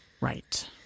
Right